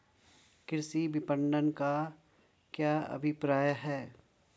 कृषि विपणन का क्या अभिप्राय है?